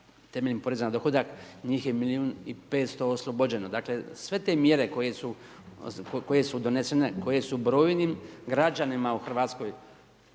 temeljem poreza na dohodak, njih je milijun i 500 00 oslobođeno. Dakle sve te mjere koje su donesene, koji su brojnim građanima u Hrvatskoj,